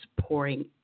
pouring